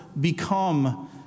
become